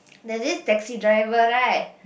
there's this taxi driver right